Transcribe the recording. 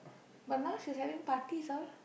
but now she's having parties all